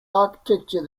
architecture